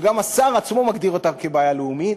שגם השר עצמו מגדיר כבעיה לאומית,